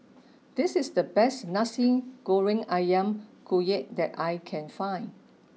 this is the best Nasi Goreng Ayam Kunyit that I can find